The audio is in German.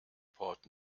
porto